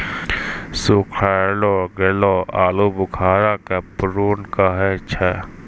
सुखैलो गेलो आलूबुखारा के प्रून कहै छै